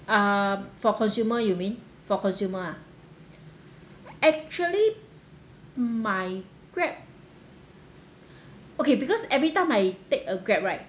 um for consumer you mean for consumer ah actually my grab okay because every time I take a grab right